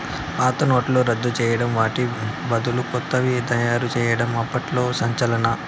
పాత నోట్లను రద్దు చేయడం వాటి బదులు కొత్తవి తయారు చేయడం అప్పట్లో సంచలనం